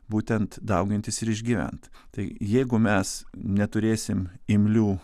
būtent daugintis ir išgyvent tai jeigu mes neturėsim imlių